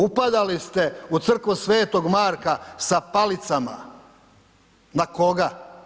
Upadali ste u crkvu sv. Marka sa palicama, na koga?